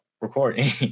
recording